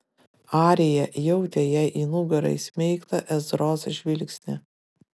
arija jautė jai į nugarą įsmeigtą ezros žvilgsnį